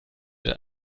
mit